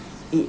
it